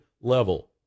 level